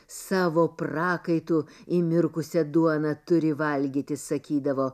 savo prakaitu įmirkusią duoną turi valgyti sakydavo